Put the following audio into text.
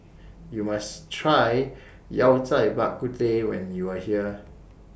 YOU must Try Yao Cai Bak Kut Teh when YOU Are here